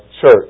church